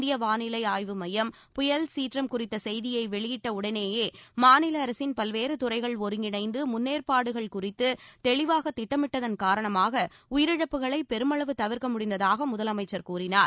இந்திய வாளிலை மையம் புயல் சீற்றம் குறித்த செய்தியை வெளியிட்டவுடனேயே மாநில அரசின் பல்வேறு துறைகள் ஒருங்கிணைந்து முன்னேற்பாடுகள் குறித்து தெளிவாக திட்டமிட்டதன் காரணமாக உயிரிழப்புகளை பெருமளவு தவிர்க்க முடிந்ததாக முதலமைச்சர் கூறினார்